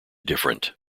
different